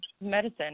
medicine